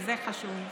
וזה חשוב,